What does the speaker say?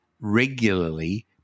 regularly